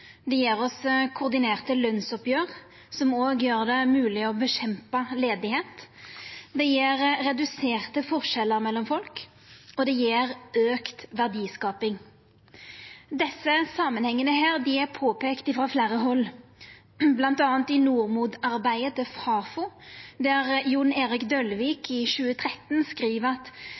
òg gjer det mogleg å kjempa mot arbeidsløyse, det gjev reduserte forskjellar mellom folk, og det gjev auka verdiskaping. Desse samanhengane er påpeikte frå fleire hald, bl.a. i NordMod-arbeidet til Fafo, der Jon Erik Dølvik i 2013 skriv at